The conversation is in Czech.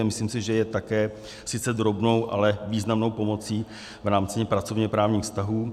Myslím, že je také sice drobnou, ale významnou pomocí v rámci pracovněprávních vztahů.